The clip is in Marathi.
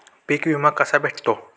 पीक विमा कसा भेटतो?